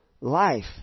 life